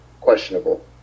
questionable